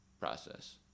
process